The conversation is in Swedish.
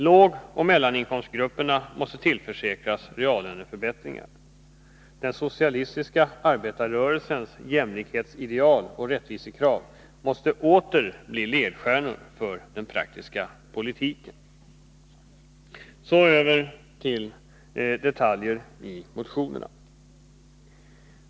Lågoch mellaninkomstgrupperna måste tillförsäkras reallöneförbättringar. Den socialistiska arbetarrörelsens jämlikhetsideal och rättvisekrav måste åter bli ledstjärnor för den praktiska politiken. Så över till detaljer i motionerna.